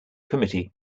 committee